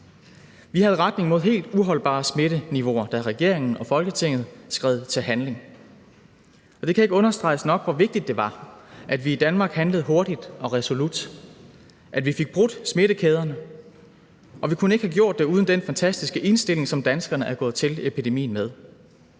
Vi havde retning mod helt uholdbare smitteniveauer, da regeringen og Folketinget skred til handling. Det kan ikke understreges nok, hvor vigtigt det var, at vi i Danmark handlede hurtigt og resolut, og at vi fik brudt smittekæderne, og vi kunne ikke have gjort det uden den fantastiske indstilling, som danskerne er gået til epidemien med.